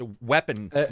weapon